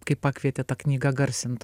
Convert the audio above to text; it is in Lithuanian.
kai pakvietė tą knygą garsint